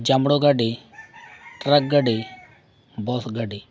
ᱡᱟᱢᱲᱳ ᱜᱟᱹᱰᱤ ᱴᱨᱟᱠ ᱜᱟᱹᱰᱤ ᱵᱟᱥ ᱜᱟᱹᱰᱤ